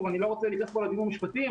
אני לא רוצה להיכנס פה להיבטים המשפטיים,